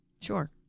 Sure